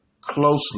closely